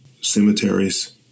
cemeteries